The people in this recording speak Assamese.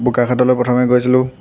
বোকাখাতলৈ প্ৰথমে গৈছিলো